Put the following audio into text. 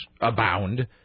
abound